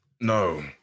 No